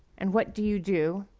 and what do you do?